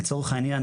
לצורך העניין,